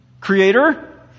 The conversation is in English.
Creator